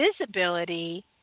visibility